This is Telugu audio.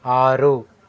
ఆరు